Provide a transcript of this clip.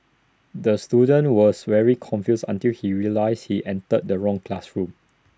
the student was very confused until he realised he entered the wrong classroom